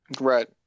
Right